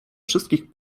wszystkich